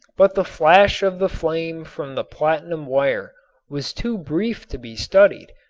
but the flash of the flame from the platinum wire was too brief to be studied,